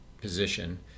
position